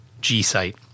g-site